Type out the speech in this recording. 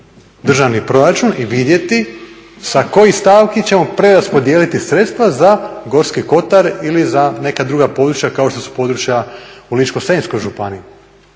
državni proračun i vidjeti sa kojih stavki ćemo preraspodijeliti sredstva za Gorski kotar ili za neka druga područja kao što su područja u Ličko-senjskoj županiji.